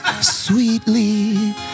sweetly